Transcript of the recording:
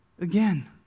again